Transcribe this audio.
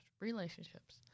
relationships